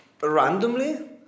randomly